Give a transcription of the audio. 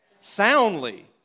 soundly